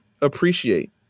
appreciate